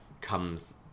comes